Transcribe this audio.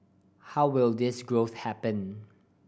how will this growth happen